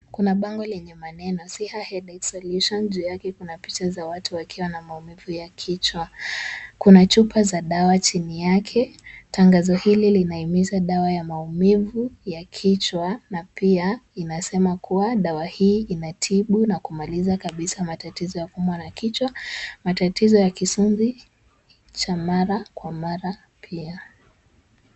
Kuna bango lenye maneno Siha Headache Solution, juu yake kuna picha za watu wakiwa na maumivu ya kichwa. Kuna chupa za dawa chini yake. Tangazo hili linahimiza dawa ya maumivu ya kichwa, na pia inasema kuwa dawa hii inatibu na kumaliza kabisa matatizo ya kuumwa na kichwa, matatizo ya kisunzi cha mara kwa mara pia.